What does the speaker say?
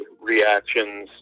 reactions